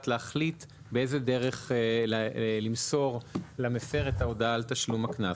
להחליט באיזה דרך למסור למפר את ההודעה על תשלום הקנס.